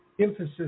emphasis